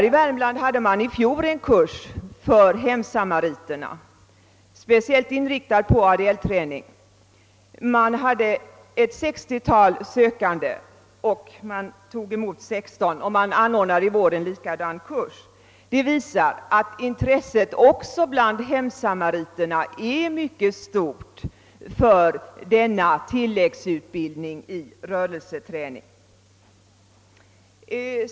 I Värmland anordnade man i fjol en kurs för hemsamariterna, speciellt inriktad på ADL-träning. Ett sextiotal sökte till kursen, och sexton togs emot. I vår anordnas en likadan kurs. Detta visar att intresset också bland hemsamariterna är mycket stort för utbildning i rörelseträning.